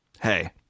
Hey